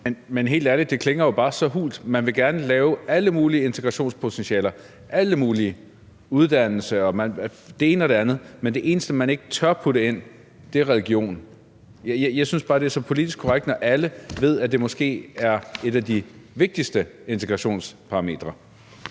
Men helt ærligt, det klinger jo bare så hult. Man vil gerne se på alle mulige integrationspotentialer – uddannelse og det ene og det andet – men det eneste, man ikke tør putte ind, er religion. Jeg synes bare, det er så politisk korrekt, når alle ved, at det måske er et af de vigtigste integrationsparametre.